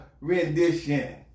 rendition